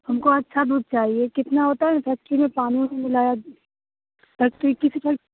हमको अच्छा दूध चाहिए कितना होता है ना दूध के लिये पानी मिलाया तो इक्कीसी होई